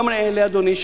אדוני,